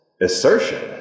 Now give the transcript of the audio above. assertion